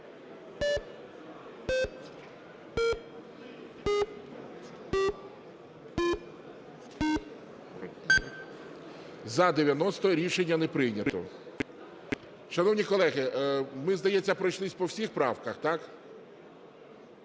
За-90 Рішення не прийнято. Шановні колеги, ми, здається, пройшлись по всіх правках, так?